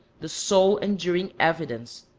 the sole enduring evidence,